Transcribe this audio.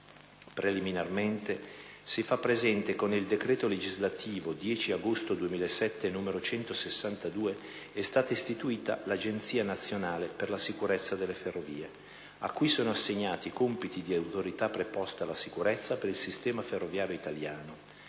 Preliminarmente, si fa presente che con il decreto legislativo 10 agosto 2007, n. 162, è stata istituita l'Agenzia nazionale per la sicurezza delle ferrovie (ANSF) a cui sono assegnati i compiti di Autorità preposta alla sicurezza per il sistema ferroviario italiano.